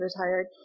retired